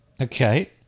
okay